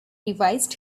revised